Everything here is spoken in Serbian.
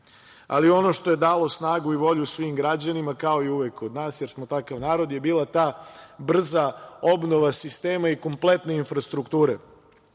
ono što je dalo snagu i volju svim građanima, kao i uvek kod nas, jer smo takav narod, bila je ta brza obnova sistema i kompletne infrastrukture.